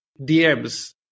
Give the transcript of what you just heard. DMs